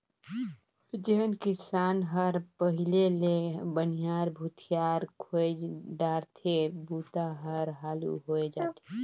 जेन किसान हर पहिले ले बनिहार भूथियार खोएज डारथे बूता हर हालू होवय जाथे